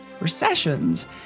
recessions